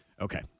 Okay